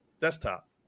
desktop